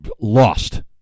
lost